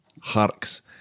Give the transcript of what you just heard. Harks